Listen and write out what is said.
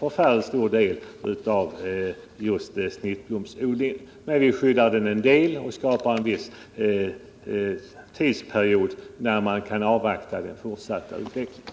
Men med det av utskottet föreslagna tullskyddet kommer vi att kunna bevara en del av snittblomsodlingen.